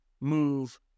move